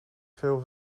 veel